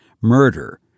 murder